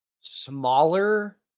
smaller